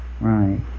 Right